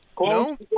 No